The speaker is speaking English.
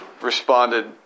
responded